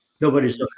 nobody's